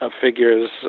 figures